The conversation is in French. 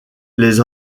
les